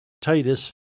Titus